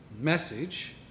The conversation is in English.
message